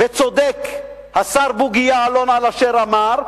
וצודק השר בוגי יעלון על אשר אמר,